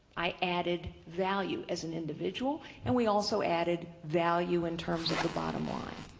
i added value as an individual and we also added value in terms of the bottom line.